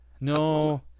No –